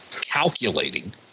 calculating